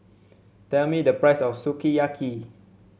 tell me the price of Sukiyaki